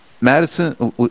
Madison